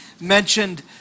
mentioned